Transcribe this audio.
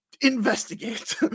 investigate